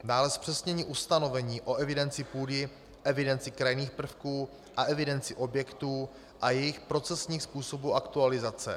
Dále zpřesnění ustanovení o evidenci půdy, evidenci krajinných prvků a evidenci objektů a jejich procesních způsobů aktualizace.